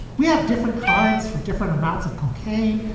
we have different crimes for different amounts of cocaine,